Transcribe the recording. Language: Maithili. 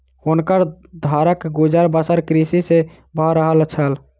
हुनकर घरक गुजर बसर कृषि सॅ भअ रहल छल